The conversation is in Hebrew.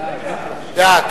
בעד אליהו ישי,